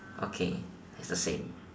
okay it's the same